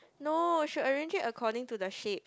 no should arrange it according to the shape